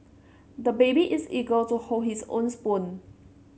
the baby is eager to hold his own spoon